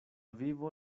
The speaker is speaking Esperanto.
vivo